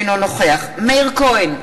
אינו נוכח מאיר כהן,